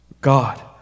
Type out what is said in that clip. God